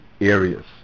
areas